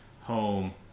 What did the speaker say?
home